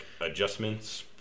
adjustments